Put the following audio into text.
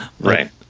Right